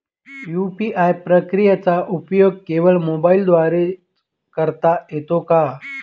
UPI प्रक्रियेचा उपयोग केवळ मोबाईलद्वारे च करता येतो का?